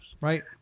Right